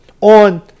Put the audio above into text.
on